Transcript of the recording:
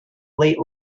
late